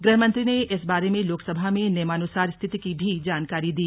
गृहमंत्री ने इस बारे में लोकसभा में नियमानुसार स्थिति की भी जानकारी दी